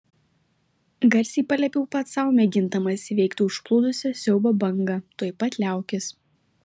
garsiai paliepiau pats sau mėgindamas įveikti užplūdusią siaubo bangą tuoj pat liaukis